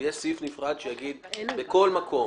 שיגיד בכל מקום